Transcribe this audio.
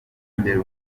imbere